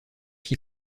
qui